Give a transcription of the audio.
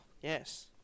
yes